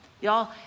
Y'all